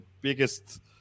biggest